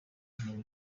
ntewe